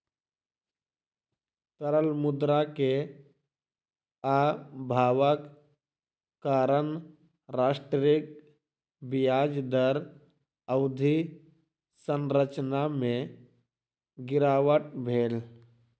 तरल मुद्रा के अभावक कारण राष्ट्रक ब्याज दर अवधि संरचना में गिरावट भेल